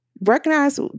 recognize